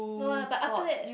no lah but after that